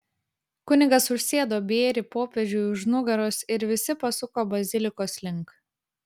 kunigas užsėdo bėrį popiežiui už nugaros ir visi pasuko bazilikos link